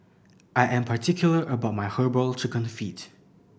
I am particular about my Herbal Chicken Feet